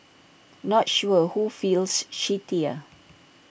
not sure who feels shittier